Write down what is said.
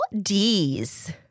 D's